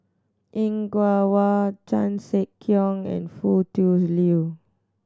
Er Kwong Wah Chan Sek Keong and Foo Tui Liew